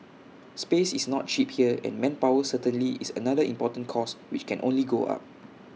space is not cheap here and manpower certainly is another important cost which can only go up